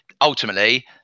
ultimately